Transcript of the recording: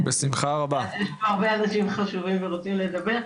יש פה הרבה אנשים חשובים שרוצים לדבר.